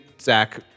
Zach